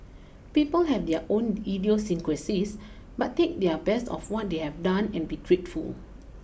people have their own idiosyncrasies but take their best of what they have done and be grateful